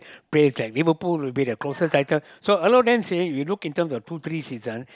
praise like Liverpool will be the closest title so a lot of them saying you look in terms of two three seasons